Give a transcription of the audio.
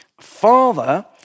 father